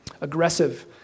aggressive